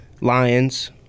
Lions